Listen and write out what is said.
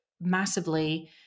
massively